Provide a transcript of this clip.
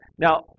Now